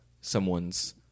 someone's